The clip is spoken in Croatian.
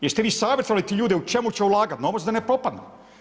Jeste li savjetovali te ljude u čemu će ulagati novac da ne propadnu?